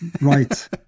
right